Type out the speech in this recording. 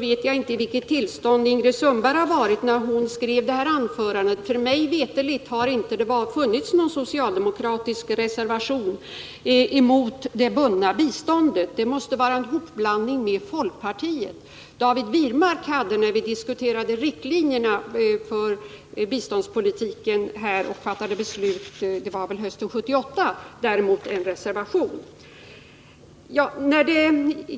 vet inte i vilket tillstånd Ingrid Sundberg var när hon skrev sitt anförande — mig veterligt har det inte funnits någon socialdemokratisk reservation emot det bundna biståndet. Det måste vara en hopblandning med folkpartiet. David Wirmark hade nämligen en sådan reservation när vi diskuterade riktlinjerna för biståndspolitiken — det var väl hösten 1978.